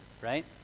right